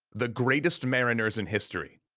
the greatest mariners in history.